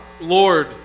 Lord